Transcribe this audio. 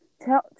tell